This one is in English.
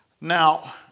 Now